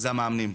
זה המאמנים.